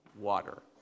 water